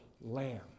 Lamb